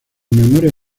memorias